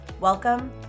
Welcome